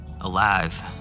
Alive